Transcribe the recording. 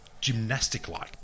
gymnastic-like